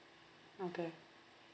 okay